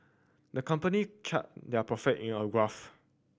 the company charted their profit in a graph